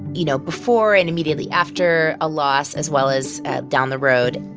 you know, before and immediately after a loss, as well as down the road.